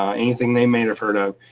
ah anything they may have heard of.